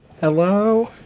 Hello